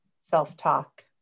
self-talk